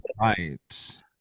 Right